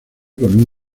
con